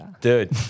Dude